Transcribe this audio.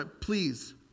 please